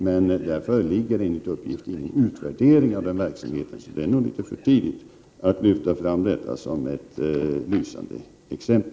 Men enligt uppgift föreligger det inte någon utvärdering av den verksamheten. Det är nog därför litet för tidigt att lyfta fram Västtyskland som ett lysande exempel.